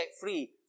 free